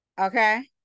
Okay